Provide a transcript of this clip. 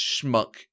schmuck